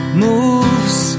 moves